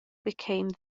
became